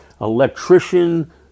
electrician